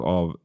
av